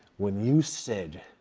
when you said,